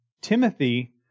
Timothy